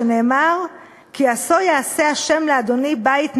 שנאמר 'כי עשה יעשה ה' לאדני בית נאמן,